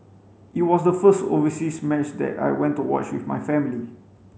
it was the first overseas match that I went to watch with my family